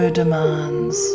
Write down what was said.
demands